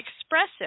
expressive